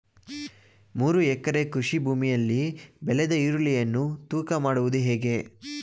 ಮೂರು ಎಕರೆ ಕೃಷಿ ಭೂಮಿಯಲ್ಲಿ ಬೆಳೆದ ಈರುಳ್ಳಿಯನ್ನು ತೂಕ ಮಾಡುವುದು ಹೇಗೆ?